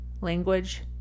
language